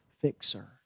fixer